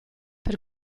per